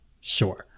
Sure